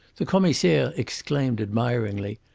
the commissaire exclaimed, admiringly,